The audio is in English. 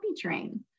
train